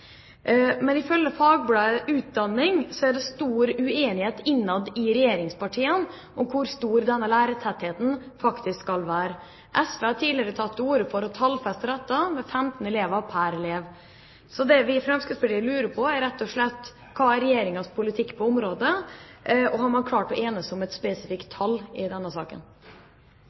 Men ifølge fagbladet Utdanning er det stor uenighet innad i regjeringspartiene om hvor stor denne lærertettheten faktisk skal være. SV har tidligere tatt til orde for å tallfeste dette med 15 elever pr. lærer. Så det vi i Fremskrittspartiet lurer på, er rett og slett: Hva er Regjeringens politikk på området? Og har man klart å enes om et spesifikt tall i denne saken?